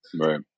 Right